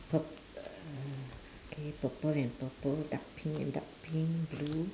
pur~ uh K purple and purple dark pink and dark pink blue